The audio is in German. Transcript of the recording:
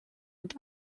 und